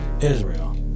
Israel